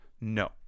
No